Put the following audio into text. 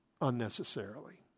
unnecessarily